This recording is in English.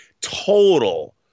total